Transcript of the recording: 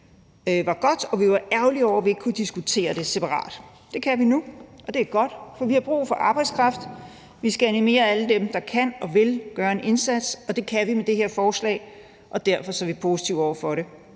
af, var godt, og vi var ærgerlige over, at vi ikke kunne diskutere det separat. Det kan vi nu, og det er godt, for vi har brug for arbejdskraft. Vi skal animere alle dem, der kan og vil gøre en indsats. Og det kan vi med det her forslag, og derfor er vi positive over for det.